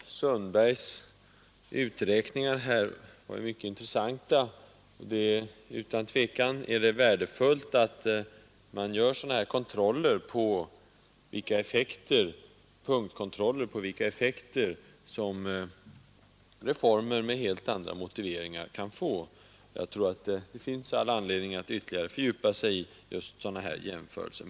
Herr talman! Fru Sundbergs uträkningar var mycket intressanta. Det är utan tvivel värdefullt att man gör sådana punktkontroller av vilka effekter reformer med helt andra motiveringar kan få på detta område. Det finns all anledning att ytterligare fördjupa sig i sådana jämförelser.